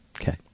Okay